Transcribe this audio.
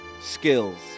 skills